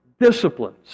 disciplines